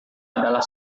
adalah